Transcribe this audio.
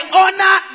honor